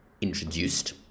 introduced